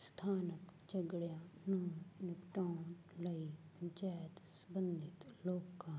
ਸਥਾਨਕ ਝਗੜਿਆਂ ਨੂੰ ਨਿਪਟਾਉਣ ਲਈ ਪੰਚਾਇਤ ਸੰਬੰਧਿਤ ਲੋਕਾਂ